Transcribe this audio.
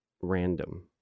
random